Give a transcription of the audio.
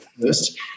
first